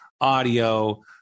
audio